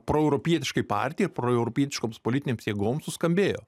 proeuropietiškai partijai proeuropietiškoms politinėms jėgoms suskambėjo